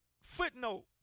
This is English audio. Footnote